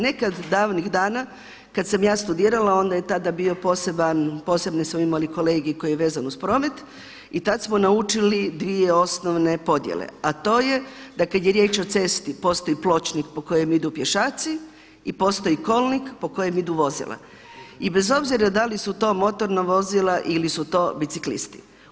Nekad davnih dana kad sam ja studirala onda je tada bio poseban, poseban smo imali kolegij koji je vezan uz promet i tad smo naučili dvije osnovne podjele, a to je da kad je riječ o cesti postoji pločnik po kojem idu pješaci i postoji kolnik po kojem idu vozila i bez obzira da li su to motorna vozila ili su to biciklisti.